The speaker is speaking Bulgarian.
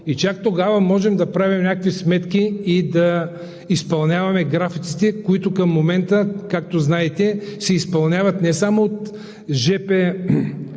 и чак тогава можем да правим някакви сметки и да изпълняваме графиците, които към момента, както знаете, се изпълняват не само от